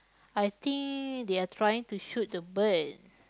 I think they are trying to shoot the bird